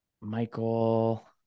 Michael